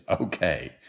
okay